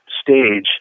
stage